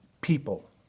people